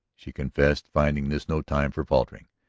she confessed, finding this no time for faltering.